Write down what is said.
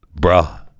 bruh